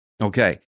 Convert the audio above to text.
Okay